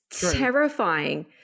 terrifying